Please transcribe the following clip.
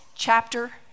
chapter